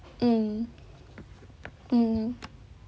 mm mm